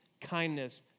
kindness